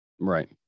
Right